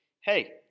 hey